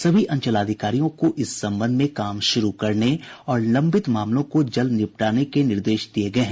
सभी अंचलाधिकारियों को इस संबंध में काम शुरू करने और लंबित मामलों को जल्द निपटाने के निर्देश दिये गये हैं